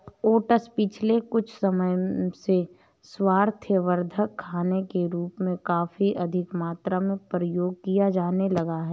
oats पिछले कुछ समय से स्वास्थ्यवर्धक खाने के रूप में काफी अधिक मात्रा में प्रयोग किया जाने लगा है